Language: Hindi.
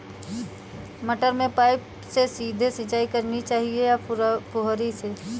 मटर में पाइप से सीधे सिंचाई करनी चाहिए या फुहरी से?